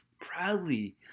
proudly